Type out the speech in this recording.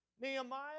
Nehemiah